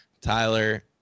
Tyler